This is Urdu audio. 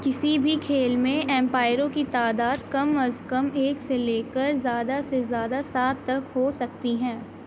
کسی بھی کھیل میں امپائروں کی تعداد کم از کم ایک سے لے کر زیادہ سے زیادہ سات تک ہو سکتی ہے